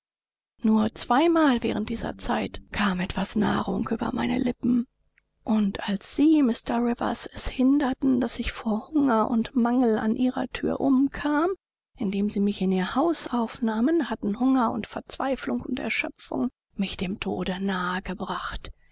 nur zweimal während dieser zeit kam etwas nahrung über meine lippen und als sie mr rivers es hinderten daß ich vor hunger und mangel an ihrer thür umkam indem sie mich in ihr haus aufnehmen hatten hunger und verzweiflung und erschöpfung mich dem tode nahe gebracht